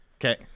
Okay